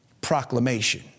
proclamation